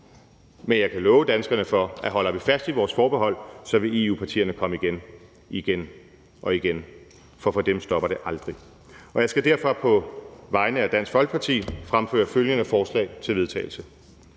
Men jeg kan love danskerne for, at holder vi fast i vores forbehold, vil EU-partierne komme igen og igen, for for dem stopper det aldrig. Jeg skal derfor på vegne af Dansk Folkeparti fremføre følgende forslag til vedtagelse: